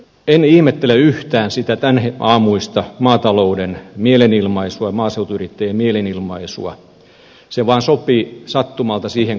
en ihmettele yhtään sitä tämänaamuista maatalouden mielenilmaisua maaseutuyrittäjien mielenilmaisua se vaan sopi sattumalta siihen kohtaan